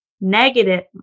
Negative